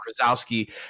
Krasowski